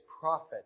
prophet